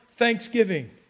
Thanksgiving